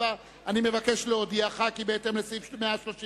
7): אני מבקש להודיעך כי בהתאם לסעיף 132(ב)